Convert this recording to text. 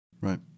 Right